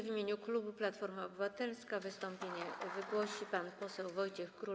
W imieniu klubu Platforma Obywatelska wystąpienie wygłosi pan poseł Wojciech Król.